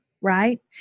right